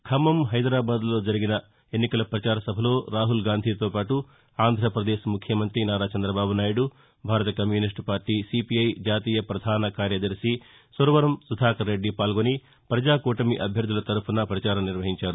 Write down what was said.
ఖమ్మం హైదరాబాద్లో జరిగిన ఎన్నికల ప్రచార సభలో రాహుల్ గాంధీతో పాటు ఆంధ్రాప్రదేశ్ ముఖ్యమంత్రి నారా చంద్రబాబు నాయుడు భారత కమ్యూనిస్టు పార్లీ సీపీఐ జాతీయ పధాన కార్యదర్శి సురవరం సుధాకరరెడ్డి పాల్గొని పజా కూటమి అభ్యర్దుల తరపున ప్రచారం నిర్వహించారు